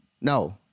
no